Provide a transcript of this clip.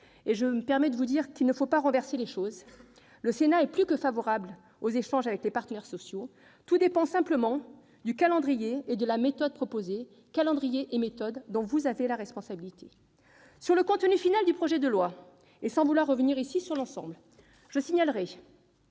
je me permets de vous signaler qu'il ne faut pas inverser les choses ... Le Sénat est plus que favorable aux échanges avec les partenaires sociaux ; tout dépend, simplement, du calendrier et de la méthode proposés, calendrier et méthode dont vous avez la responsabilité ! Sur le contenu final du projet de loi, et sans vouloir revenir en cet instant sur